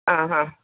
ആഹാ